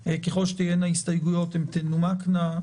09:00, ככל שתהיינה הסתייגויות הן תנומקנה.